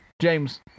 James